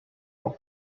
leur